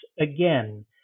again